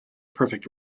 perfect